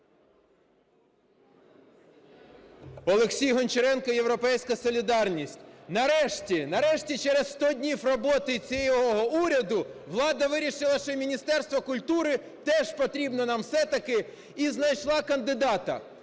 Олексій Гончаренко, "Європейська солідарність". Нарешті, нарешті через сто днів роботи цього уряду влада вирішила, що і Міністерство культури теж потрібно нам все-таки і знайшла кандидата.